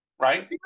Right